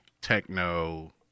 techno